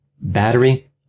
battery